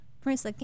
Prince